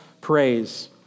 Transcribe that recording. praise